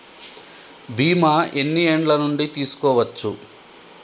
బీమా ఎన్ని ఏండ్ల నుండి తీసుకోవచ్చు?